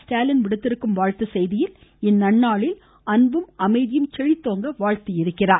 ஸ்டாலின் விடுத்திருக்கும் வாழ்த்துச்செய்தியில் இந்நன்னாளில் அன்பும் அமைதியும் செழித்தோங்க வாழ்த்தியுள்ளார்